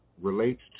relates